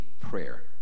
prayer